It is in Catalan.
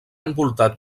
envoltat